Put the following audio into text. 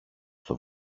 στο